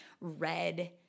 red